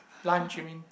lunch you mean